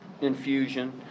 infusion